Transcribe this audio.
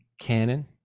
Canon